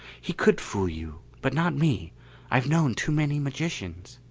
he could fool you. but not me i've known too many magicians.